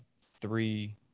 three